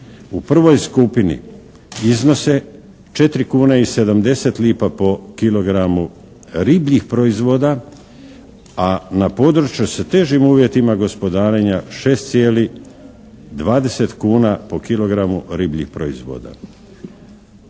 U prvoj skupini iznose 4 kune i 70 lipa po kilogramu ribljih proizvoda a na području sa težim uvjetima gospodarenja 6,20 kuna po kilogramu ribljih proizvoda.